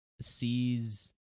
sees